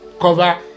cover